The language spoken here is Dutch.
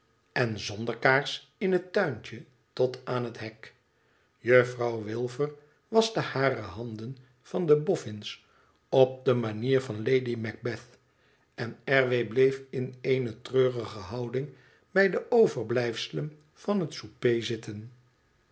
en zonder kaars in het tuintje tot aan het hek juffrouw wilfer waschte hare handen van de boffins op de manier van lady macbeth en r w bleef in eene treurige houding bij de overblijfselen van het souper zitten